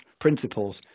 principles